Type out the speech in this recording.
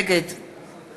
נגד